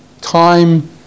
time